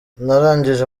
narangije